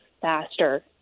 faster